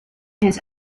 his